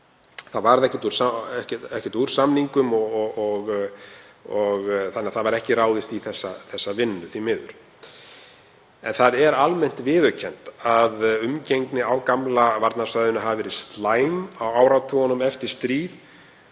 varð úr samningum þannig að ekki var ráðist í þessa vinnu, því miður. En það er almennt viðurkennt að umgengni á gamla varnarsvæðinu hafi verið slæm á áratugunum eftir stríð